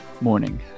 morning